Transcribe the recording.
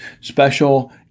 special